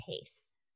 pace